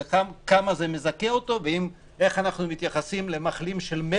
ולכן כמה זה מזכה אותו ואיך אנחנו מתייחסים למחלים של חודש